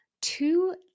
two